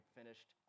finished